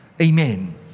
amen